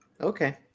okay